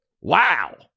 Wow